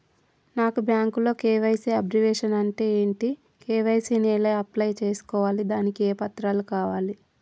నాకు బ్యాంకులో KYC abbreviation అంటే ఏంటి కే.వై.సీ ని ఎలా అప్లై చేసుకోవాలి దానికి ఏ పత్రాలు కావాలి?